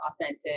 authentic